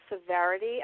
severity